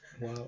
Wow